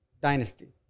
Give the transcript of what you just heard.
Dynasty